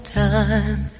time